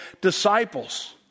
disciples